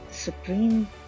Supreme